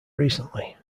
recently